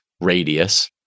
radius